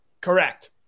Correct